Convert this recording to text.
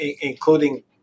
including